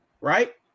right